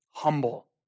humble